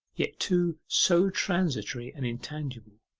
yet, too, so transitory and intangible,